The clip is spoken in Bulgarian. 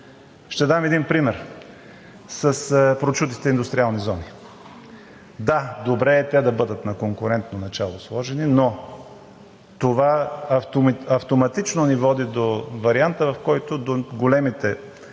Ще дам един пример с прочутите индустриални зони. Да, добре е те да бъдат сложени на конкурентно начало, но това автоматично ни води до варианта, в който до големите градски